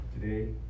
today